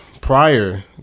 prior